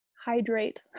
Hydrate